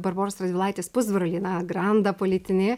barboros radvilaitės pusbrolį na grandą politinį